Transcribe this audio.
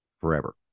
forever